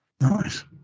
Nice